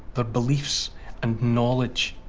but beliefs and knowledge.